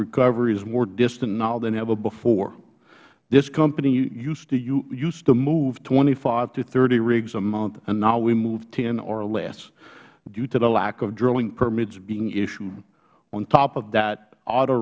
recovery is more distant now than ever before this company used to move twenty five to thirty rigs a month and now we move ten or less due to the lack of drilling permits being issued on top of that